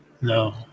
No